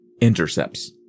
Intercepts